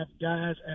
guys